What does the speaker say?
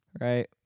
right